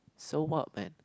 so what man